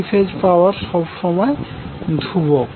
three phase power সবসময় ধ্রুবক